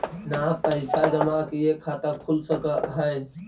बिना पैसा जमा किए खाता खुल सक है?